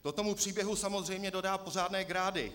To tomu příběhu samozřejmě dodá pořádné grády.